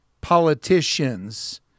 politicians